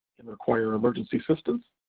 and require emergency assistance,